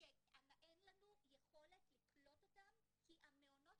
שאין לנו יכולת לקלוט אותם כי המעונות,